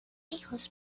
hijos